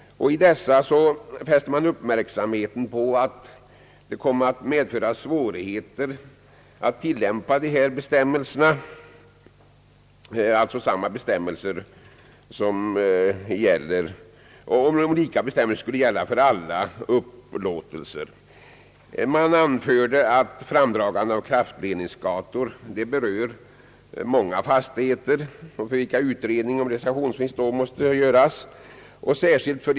I dessa fäste man uppmärksamheten på att det skulle medföra svårigheter att tillämpa bestämmelserna, om lika bestämmelser skulle gälla för alla markupplåtelser. Man anförde att framdragande av kraftledningsgator berör många fastigheter, för vilka utredning om realisationsvinst då måste göras.